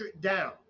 down